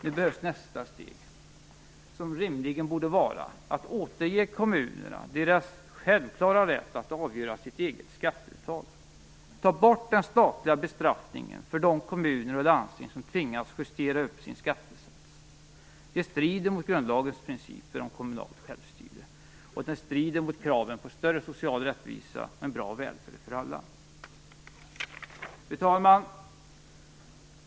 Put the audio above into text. Nu behövs nästa steg, som rimligen borde vara att återge kommunernas deras självklara rätt att avgöra sitt eget skatteuttag. Ta bort den statliga bestraffningen för de kommuner och landsting som tvingas justera upp sin skattesats! Det strider mot grundlagens principer om kommunalt självstyre, och det strider mot kraven på större social rättvisa och en bra välfärd för alla. Fru talman!